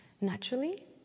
naturally